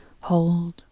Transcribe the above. Hold